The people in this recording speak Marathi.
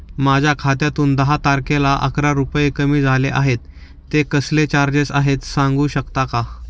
माझ्या खात्यातून दहा तारखेला अकरा रुपये कमी झाले आहेत ते कसले चार्जेस आहेत सांगू शकता का?